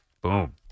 Boom